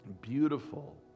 beautiful